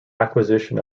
acquisition